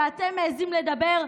ואתם מעיזים לדבר?